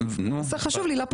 חשוב לי.